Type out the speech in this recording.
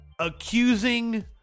accusing